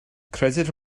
credir